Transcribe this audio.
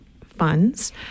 funds